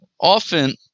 often